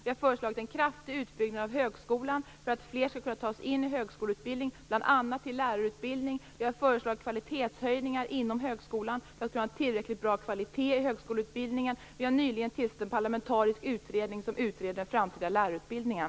Vi har föreslagit en kraftig utbyggnad av högskolan för att fler skall kunna tas in i högskoleutbildning, bl.a. lärarutbildning. Vi har föreslagit kvalitetshöjningar inom högskolan för att kunna ha en tillräckligt bra kvalitet i högskoleutbildningen. Vi har nyligen tillsatt en parlamentarisk utredning som utreder den framtida lärarutbildningen.